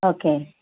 okay